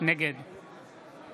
נגד